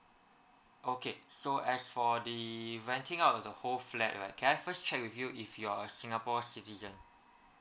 okay so as for the renting out the whole flat right can I first check with you if you're a singapore citizen